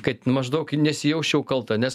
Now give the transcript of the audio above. kad maždaug nesijausčiau kalta nes